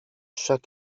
chat